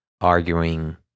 arguing